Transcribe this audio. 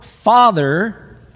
Father